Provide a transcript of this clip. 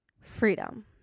freedom